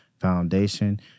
Foundation